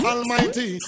Almighty